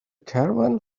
caravan